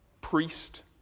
priest